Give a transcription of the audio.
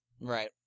Right